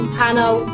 panel